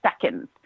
seconds